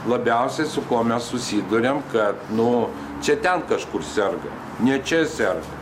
labiausiai su kuo mes susiduriam kad nu čia ten kažkur serga ne čia serga